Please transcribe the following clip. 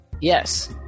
yes